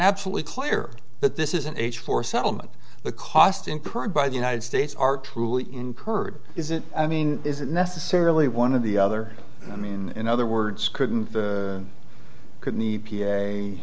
absolutely clear that this is an age for settlement the cost incurred by the united states are truly incurred is it i mean is it necessarily one of the other i mean in other words couldn't couldn't